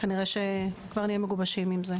כנראה שכבר נהיה מגובשים עם זה.